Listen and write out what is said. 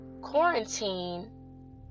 quarantine